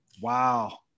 Wow